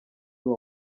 uwo